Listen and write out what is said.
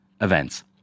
events